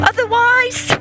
Otherwise